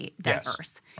diverse